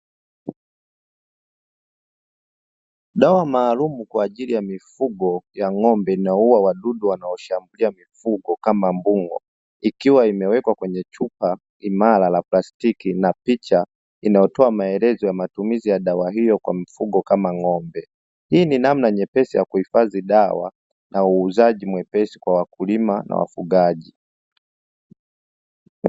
Dawa maalumu kwa ajili ya mifugo ya ng'ombe inayouwa wadudu wanaoshambulia mifugo kama mbung'o ikiwa imewekwa kwenye chupa imara la plastiki na picha inayotoa maelekezo ya matumizi ya dawa hiyo kwa mfugo kama ng'ombe, hii ni namna nyepesi ya kuhifadhi dawa na uuzaji mwepesi kwa wakulima na wafugaji.